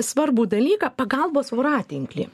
svarbų dalyką pagalbos voratinklį